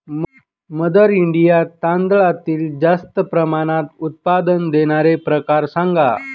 mother India तांदळातील जास्त प्रमाणात उत्पादन देणारे प्रकार सांगा